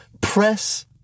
press